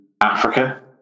Africa